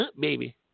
baby